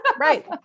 Right